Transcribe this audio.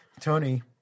Tony